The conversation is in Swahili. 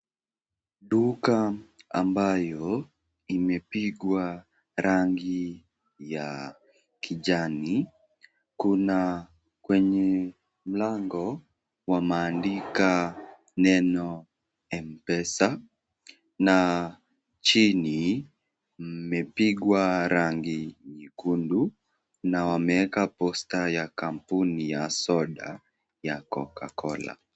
Duka, ambayo, imepigwa, rangi, ya kijani, kuna, kwenye, mlango, wameandika, neno Mpesa, na, chini, mmepigwa rangi nyekundu, na wameeka posta ya kampuni ya soda, ya Coca-Cola.